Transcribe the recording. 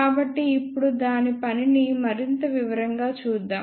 కాబట్టి ఇప్పుడు దాని పనిని మరింత వివరంగా చూద్దాం